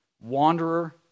wanderer